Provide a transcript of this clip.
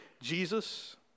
Jesus